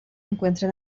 encuentra